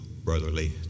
brotherly